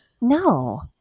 No